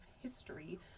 history